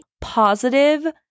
positive